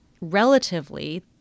relatively